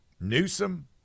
Newsom